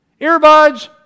Earbuds